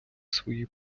свої